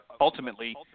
ultimately